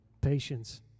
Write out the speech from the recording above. patience